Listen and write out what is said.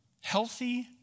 healthy